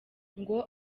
ngo